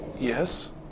Yes